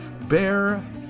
Bear